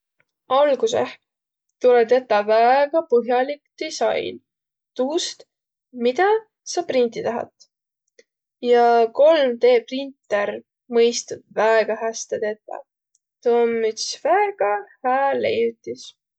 Algusõh tulõ tetäq väega põh'alik disain tuust, midä sa printiq tahat. Ja kolm-dee printer mõist tuud väega häste tetäq. Tuu om üts väega hää leiutis.